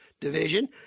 Division